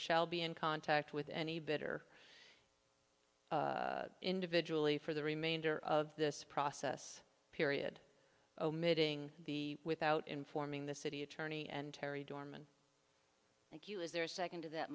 shall be in contact with any better individually for the remainder of this process period omitting the without informing the city attorney and terri dorman thank you is there a second to that